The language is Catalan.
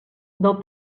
del